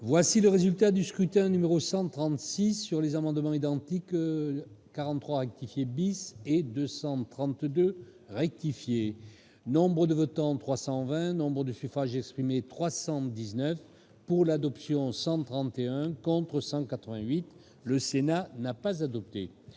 Voici le résultat du scrutin numéro 136 sur les amendements identiques 43 rectifier bis et 232 rectifier Nombre de votants : 320 Nombre de suffrages exprimés 319 pour l'adoption 131 contre 188 le Sénat n'a pas adopté,